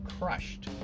crushed